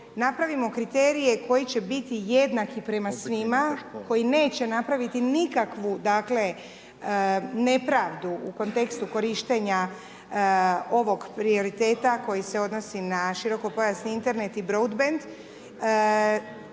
napravimo kriterije koji će biti jednaki prema svima, koji neće napraviti nikakvu dakle, nepravdu u kontekstu korištenja ovog prioriteta koji se odnosi na širokopojasni Internet i broadband,